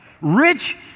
rich